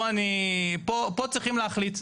פה צריכים להחליט,